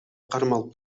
кармалып